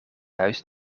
huis